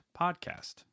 Podcast